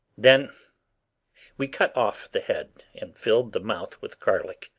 then we cut off the head and filled the mouth with garlic.